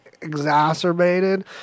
exacerbated